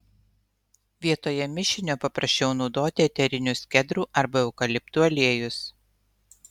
vietoje mišinio paprasčiau naudoti eterinius kedrų arba eukaliptų aliejus